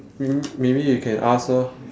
m~ maybe you can ask lor